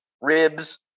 ribs